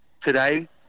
today